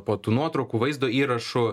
po tų nuotraukų vaizdo įrašų